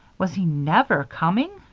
was he never coming?